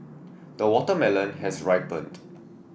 the watermelon has ripened